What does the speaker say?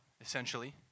essentially